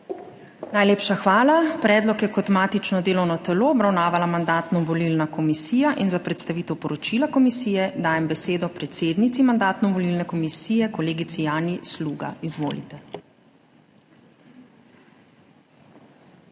Najlepša hvala. Predlog je kot matično delovno telo obravnavala Mandatno-volilna komisija. Za predstavitev poročila komisije dajem besedo predsednici Mandatno-volilne komisije kolegici Janji Sluga. Izvolite.